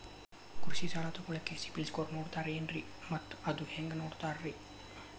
ಕೃಷಿ ಸಾಲ ತಗೋಳಿಕ್ಕೆ ಸಿಬಿಲ್ ಸ್ಕೋರ್ ನೋಡ್ತಾರೆ ಏನ್ರಿ ಮತ್ತ ಅದು ಹೆಂಗೆ ನೋಡ್ತಾರೇ?